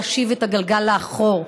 להשיב את הגלגל לאחור,